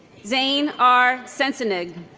zane r. sensenig